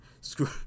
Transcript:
screw